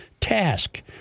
task